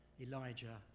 Elijah